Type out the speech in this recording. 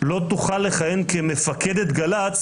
לא תוכל לכהן כמפקדת גל"צ